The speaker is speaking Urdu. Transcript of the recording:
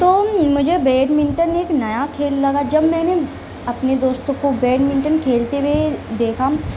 تو مجھے بیڈمنٹن ایک نیا کھیل لگا جب میں نے اپنے دوستوں کو بیڈمنٹن کھیلتے ہوئے دیکھا